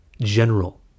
general